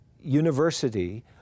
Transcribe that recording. university